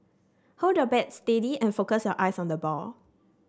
hold your bat steady and focus your eyes on the ball